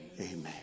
Amen